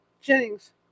Jennings